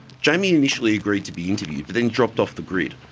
jamie initially agreed to be interviewed, but then dropped off the grid.